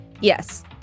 Yes